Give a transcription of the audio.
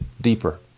deeper